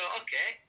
okay